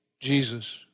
Jesus